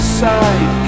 side